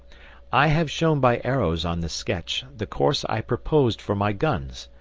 i have shown by arrows on the sketch the course i proposed for my guns.